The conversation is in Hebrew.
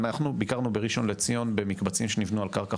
אנחנו ביקרנו בראשון לציון במקבצים שנבנו על קרקע